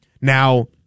Now